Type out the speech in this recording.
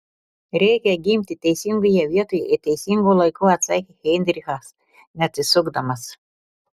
reikia gimti teisingoje vietoje ir teisingu laiku atsakė heinrichas neatsisukdamas